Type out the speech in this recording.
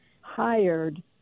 hired